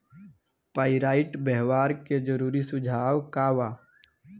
Pyrite व्यवहार के जरूरी सुझाव का वा?